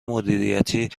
مدیریتی